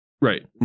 Right